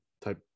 type